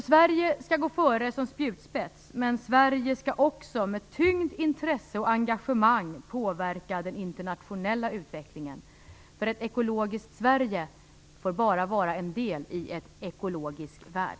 Sverige skall gå före som spjutspets, men Sverige skall också med tyngd, intresse och engagemang påverka den internationella utvecklingen. Ett ekologiskt Sverige får bara vara en del i en ekologisk värld.